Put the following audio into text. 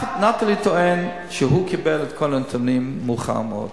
"נטלי" טוענת שהיא קיבלה את כל הנתונים מאוחר מאוד